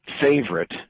favorite